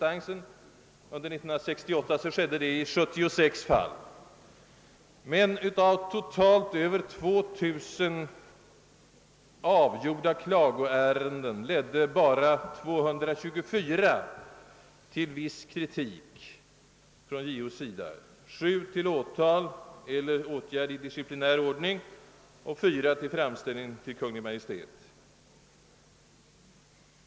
Under 1968 skedde detta i 76 fall. Men av totalt över 2 000 avgjorda klagoärenden ledde bara 224 till viss kritik från JO:s sida, sju till åtal eller åtgärder i disciplinär ordning och fyra till framställningar till Kungl. Maj:t.